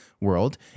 world